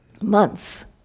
months